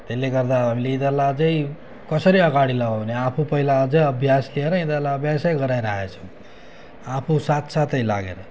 त्यसले गर्दा हामीले यिनीहरूलाई अझै कसरी अगाडि लगाउने आफू पहिला अझै अभ्यास लिएर यिनीहरूलाई अभ्यासै गराइरहेको छु आफू साथसाथै लागेर